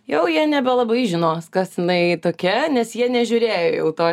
jau jie nebelabai žinos kas jinai tokia nes jie nežiūrėjo jau to